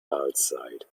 outside